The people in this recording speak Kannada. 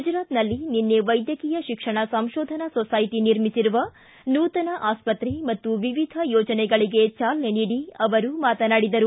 ಗುಜರಾತ್ಟಿಲ್ಲಿ ನಿನ್ನೆ ವೈದ್ಯಕೀಯ ಶಿಕ್ಷಣ ಸಂಶೋಧನಾ ಸೊಸೈಟಿ ನಿರ್ಮಿಸಿರುವ ನೂತನ ಆಸ್ಪತ್ರೆ ಮತ್ತು ವಿವಿಧ ಯೋಜನೆಗಳಿಗೆ ಚಾಲನೆ ನೀಡಿ ಅವರು ಮಾತನಾಡಿದರು